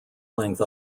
length